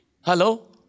Hello